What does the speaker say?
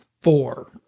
Four